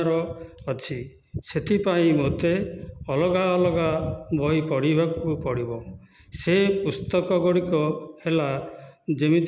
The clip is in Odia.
ସେଥିପାଇଁ ମତେ ଅଲଗା ଅଲଗା ବହି ପଢ଼ିବାକୁ ପଡ଼ିବ ସେ ପୁସ୍ତକଗୁଡ଼ିକ ହେଲା